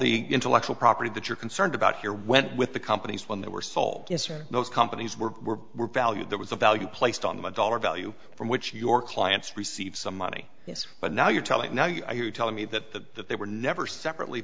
the intellectual property that you're concerned about here went with the companies when they were sold as are most companies were were were valued there was a value placed on the dollar value from which your clients receive some money but now you're telling me now you're telling me that that they were never separately